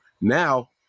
Now